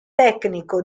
tecnico